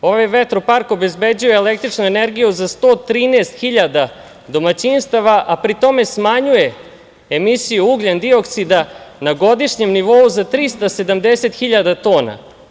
Ovaj vetropark obezbeđuje električnu energiju za 113 hiljada domaćinstava, a pri tome smanjuje emisiju ugljen-dioksida na godišnjem nivou za 370.000 tona.